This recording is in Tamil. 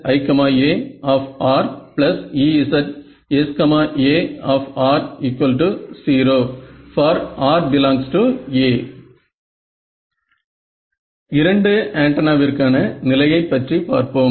EziAEzsA0 for rA இரண்டு for rA ஆண்டனாவிற்கான நிலையை பற்றி பார்ப்போம்